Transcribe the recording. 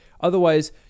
Otherwise